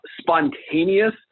spontaneous